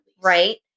right